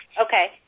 Okay